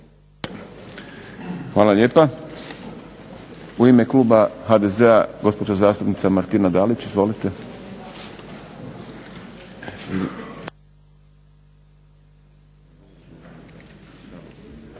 Hvala lijepa. U ime kluba HDZ-a gospođa zastupnica Martina Dalić. Izvolite. **Dalić,